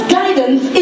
guidance